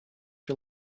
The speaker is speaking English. you